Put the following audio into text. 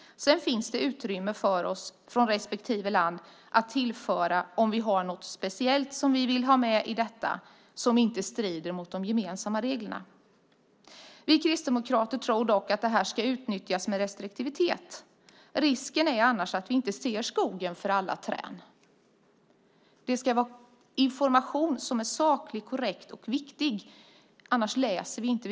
Sedan finns det utrymme för respektive land att tillföra sådant som vi särskilt vill ha med om det inte strider mot de gemensamma reglerna. Vi kristdemokrater tror dock att det här ska utnyttjas med restriktivitet. Risken är annars att vi inte ser skogen för bara träd. Informationen ska vara saklig, korrekt och viktig annars läser vi den inte.